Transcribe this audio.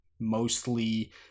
mostly